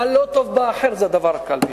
מה לא טוב באחר, זה הדבר הקל ביותר.